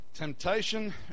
Temptation